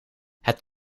het